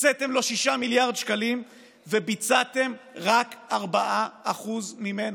הקציתם לו 6 מיליארד שקלים וביצעתם רק 4% ממנו,